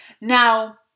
Now